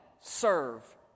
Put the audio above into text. serve